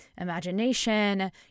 imagination